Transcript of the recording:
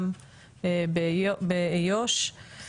גם באיו"ש.